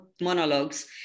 monologues